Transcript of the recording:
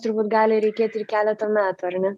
turbūt gali reikėti ir keletą metų ar ne